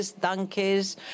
donkeys